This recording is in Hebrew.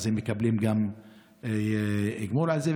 אז הם מקבלים גם גמול על זה,